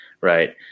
right